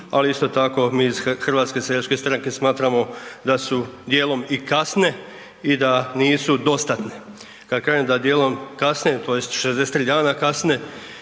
ali isto tako mi iz HSS-a smatramo da su dijelom i kasne i da nisu dostatne. Kad kažem da dijelom kasne tj. 63 dana kasna